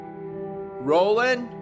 Roland